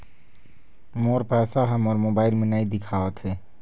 मोर पैसा ह मोर मोबाइल में नाई दिखावथे